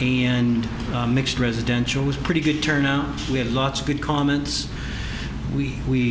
and mixed residential was pretty good turnout we had lots of good comments we we